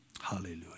Hallelujah